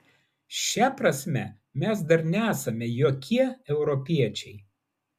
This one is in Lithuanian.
šia prasme mes dar nesame jokie europiečiai